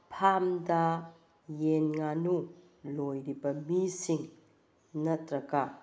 ꯐꯥꯔꯝꯗ ꯌꯦꯟ ꯉꯥꯅꯨ ꯂꯣꯏꯔꯤꯕ ꯃꯤꯁꯤꯡ ꯅꯠꯇ꯭ꯔꯒ